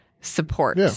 support